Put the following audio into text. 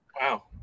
Wow